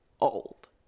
old